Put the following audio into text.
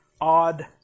odd